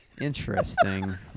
Interesting